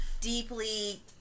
deeply